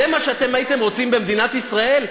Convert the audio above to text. זה מה שאתם הייתם רוצים במדינת ישראל?